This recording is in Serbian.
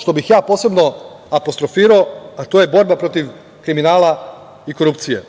što bih posebno apostrofirao, a to je borba protiv kriminala i korupcije.